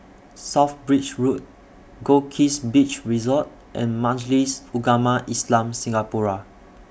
South Bridge Road Goldkist Beach Resort and Majlis Ugama Islam Singapura